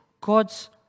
God's